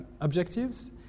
objectives